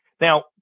Now